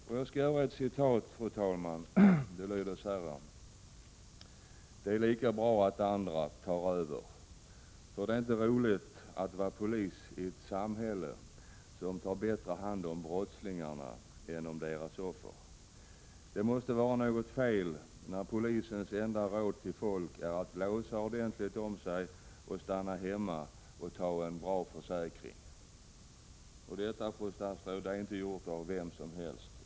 Fru talman! Låt mig komma med ett citat: ”Det är lika bra att andra tar över. För det är inte roligt att vara polis i ett samhälle som tar bättre hand om brottslingarna än deras offer. Det måste vara något fel när polisens enda råd till folk är att låsa ordentligt om sig och stanna hemma och ta en bra försäkring.” Detta uttalande, fru statsråd, är inte gjort av vem som helst.